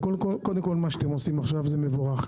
קודם כול, מה שאתם עושים עכשיו, זה מבורך.